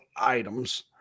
items